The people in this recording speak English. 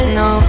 no